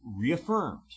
reaffirmed